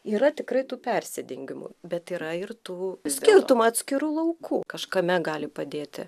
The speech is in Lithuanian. yra tikrai tų persidengimų bet yra ir tų skirtumų atskiru lauku kažkame gali padėti